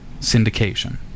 syndication